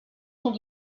sont